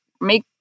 make